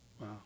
Wow